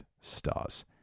stars